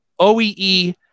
OEE